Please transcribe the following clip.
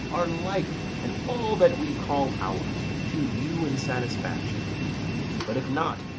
our life, and all that we call ours, to you in satisfaction but if not,